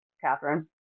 Catherine